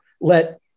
let